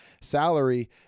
salary